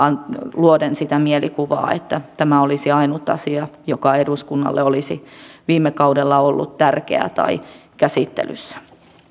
luoden sitä mielikuvaa että tämä olisi ainut asia joka eduskunnalle olisi viime kaudella ollut tärkeä tai käsittelyssä